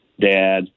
dad